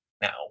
now